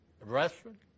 restaurant